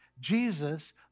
Jesus